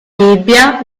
bibbia